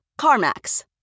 CarMax